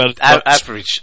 average